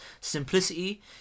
simplicity